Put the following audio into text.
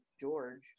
George